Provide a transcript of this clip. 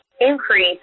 increase